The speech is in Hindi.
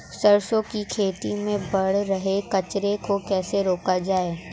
सरसों की खेती में बढ़ रहे कचरे को कैसे रोका जाए?